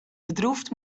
bedroefd